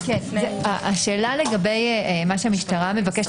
השאלה לגבי מה שהמשטרה מבקשת,